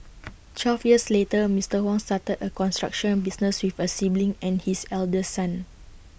twelve years later Mister Huang started A construction business with A sibling and his eldest son